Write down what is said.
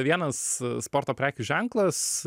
vienas sporto prekių ženklas